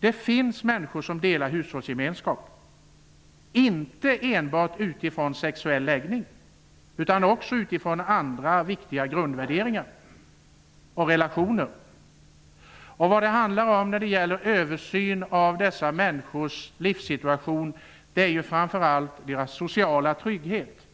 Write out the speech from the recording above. Det finns människor som har en hushållsgemenskap som inte är grundad på sexuell läggning utan på andra viktiga grundvärderingar och relationer. Vad det handlar om när det gäller en översyn av dessa människors livssituation är framför allt deras sociala trygghet.